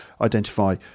identify